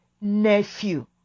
nephew